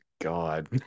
God